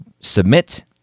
submit